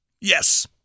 Yes